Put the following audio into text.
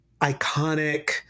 iconic